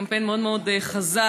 קמפיין מאוד מאוד חזק,